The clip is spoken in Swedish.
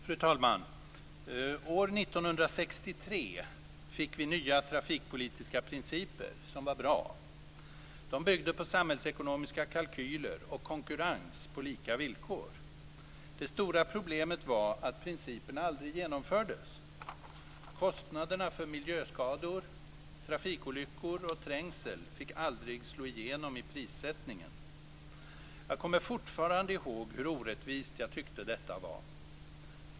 Fru talman! År 1963 fick vi nya trafikpolitiska principer, som var bra. De byggde på samhällsekonomiska kalkyler och konkurrens på lika villkor. Det stora problemet var att principerna aldrig genomfördes. Kostnaderna för miljöskador, trafikolyckor och trängsel fick aldrig slå igenom i prissättningen. Jag kommer fortfarande ihåg hur orättvist jag tyckte detta var.